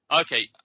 Okay